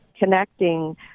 connecting